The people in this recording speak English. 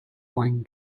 wang